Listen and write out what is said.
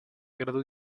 grado